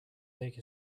take